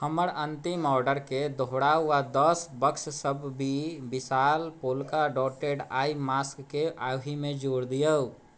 हमर अन्तिम ऑर्डरके दोहराउ आओर दस बॉक्स सब बी विशाल पोल्का डॉटेड आइ मास्कके ओहिमे जोड़ि दियौ